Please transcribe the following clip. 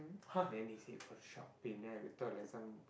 then they said oh sharp pain then we thought like some